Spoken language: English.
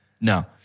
No